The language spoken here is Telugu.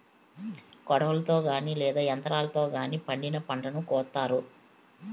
కొడవలితో గానీ లేదా యంత్రాలతో గానీ పండిన పంటను కోత్తారు